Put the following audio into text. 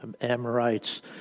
Amorites